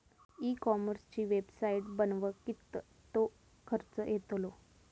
E कॉमर्सची website बनवक किततो खर्च येतलो?